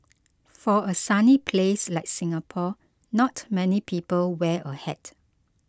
for a sunny place like Singapore not many people wear a hat